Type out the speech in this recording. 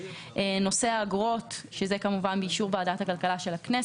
נושא האגרות הוא באישור ועדת הכלכלה של הכנסת,